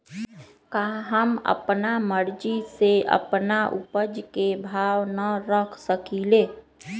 का हम अपना मर्जी से अपना उपज के भाव न रख सकींले?